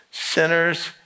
Sinners